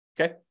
Okay